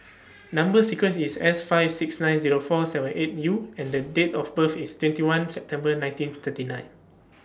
Number sequence IS S five six nine Zero four seven eight U and The Date of birth IS twenty one September nineteen thirty nine